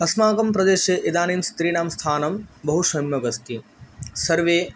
अस्माकं प्रदेशे इदानीं स्त्रीणां स्थानं बहुसम्यक् अस्ति सर्वे